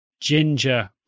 ginger